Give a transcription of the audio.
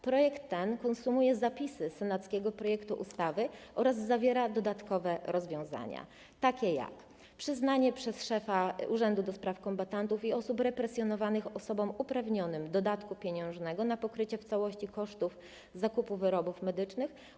Projekt ten konsumuje zapisy senackiego projektu ustawy oraz zawiera dodatkowe rozwiązania, takie jak przyznanie przez szefa Urzędu do Spraw Kombatantów i Osób Represjonowanych osobom uprawnionym dodatku pieniężnego na pokrycie w całości kosztów zakupu wyrobów medycznych.